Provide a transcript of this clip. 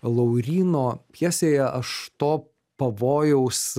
lauryno pjesėje aš to pavojaus